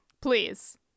Please